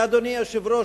אדוני היושב-ראש,